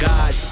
God